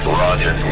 but roger.